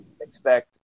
expect